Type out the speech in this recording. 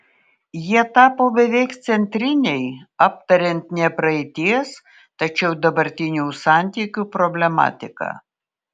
jie tapo beveik centriniai aptariant ne praeities tačiau dabartinių santykių problematiką